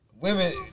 Women